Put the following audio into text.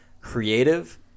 creative